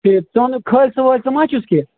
ٹھیٖک ژٕ خٲلسہٕ وٲلسہٕ ما چھُس کیٚنٛہہ